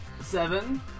seven